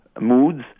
moods